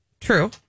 True